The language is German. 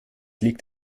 liegt